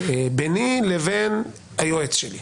ביני לבין היועץ שלי.